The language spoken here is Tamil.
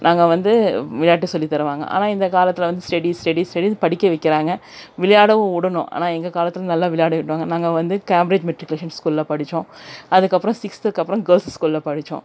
நாங்கள் வந்து விளையாட்டு சொல்லி தருவாங்க ஆனால் இந்த காலத்தில் வந்து ஸ்டெடீஸ் ஸ்டெடீஸ் ஸ்டெடீஸ் படிக்க வைக்கிறாங்க விளையாடவும் விடணும் ஆனால் எங்கள் காலத்தில் நல்லா விளையாட விடுவாங்க நாங்கள் வந்து கேம்பிரிஜ் மெட்ரிகுலேஷன் ஸ்கூலில் படித்தோம் அதுக்கப்புறோம் சிக்ஸ்த்துக்கப்புறோம் கேர்ல்ஸஸ் ஸ்கூலில் படித்தோம்